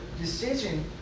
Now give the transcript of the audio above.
decision